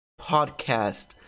podcast